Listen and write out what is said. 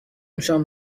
شام